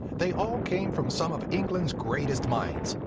they all came from some of england's greatest minds!